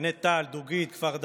גני טל, דוגית, כפר דרום,